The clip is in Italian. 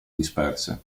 disperse